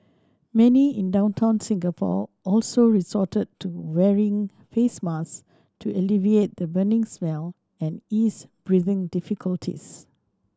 many in downtown Singapore also resorted to wearing face mask to alleviate the burning smell and ease breathing difficulties